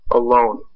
alone